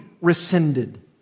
rescinded